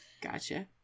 Gotcha